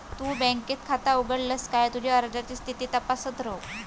तु बँकेत खाता उघडलस काय तुझी अर्जाची स्थिती तपासत रव